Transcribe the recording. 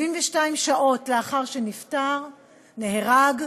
72 שעות לאחר שנפטר, נהרג,